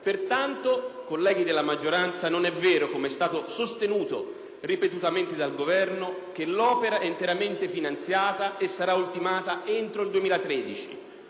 Pertanto, colleghi della maggioranza, non è vero, come è stato sostenuto ripetutamente dal Governo, che l'opera è interamente finanziata e sarà ultimata entro il 2013.